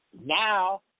now